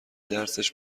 درسش